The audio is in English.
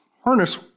harness